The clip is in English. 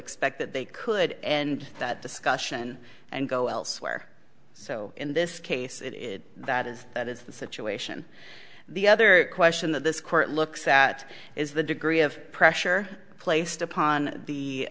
expect that they could end that discussion and go elsewhere so in this case it is that is that is the situation the other question that this court looks at is the degree of pressure placed upon